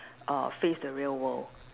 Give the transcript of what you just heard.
uh face the real world